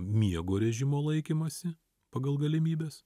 miego režimo laikymąsi pagal galimybes